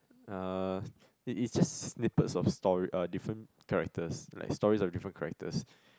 uh it is just snippets of story uh different characters like stories of different characters